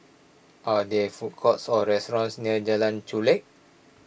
are there food courts or restaurants near Jalan Chulek